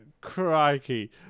crikey